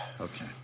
okay